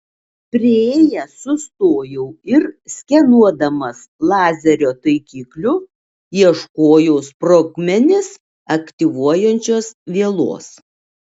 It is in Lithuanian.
priėjęs sustojau ir skenuodamas lazerio taikikliu ieškojau sprogmenis aktyvuojančios vielos